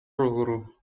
loro